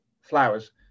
flowers